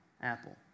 apple